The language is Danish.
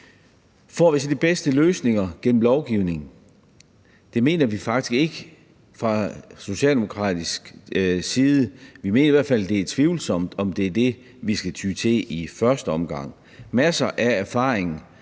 Får vi så de bedste løsninger gennem lovgivningen? Det mener vi faktisk ikke fra socialdemokratisk side. Vi mener i hvert fald, det er tvivlsomt, om det er det, vi skal ty til i første omgang. Masser af erfaring